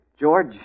George